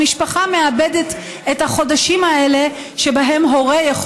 המשפחה מאבדת את החודשים האלה שבהם הורה יכול